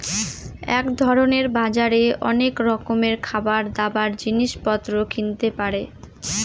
এক ধরনের বাজারে অনেক রকমের খাবার, দাবার, জিনিস পত্র কিনতে পারে